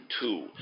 two